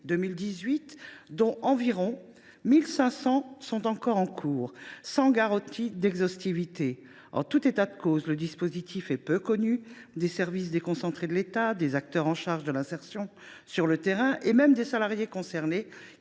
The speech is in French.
2018, dont environ 1 500 en cours, sans garantie d’exhaustivité. En tout état de cause, le dispositif est peu connu des services déconcentrés de l’État, des acteurs en charge de l’insertion sur le terrain et même des salariés concernés,